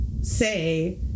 Say